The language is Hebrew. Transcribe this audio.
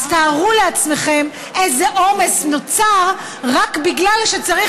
אז תארו לעצמכם איזה עומס נוצר רק בגלל שצריך